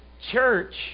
Church